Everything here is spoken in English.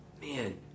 Man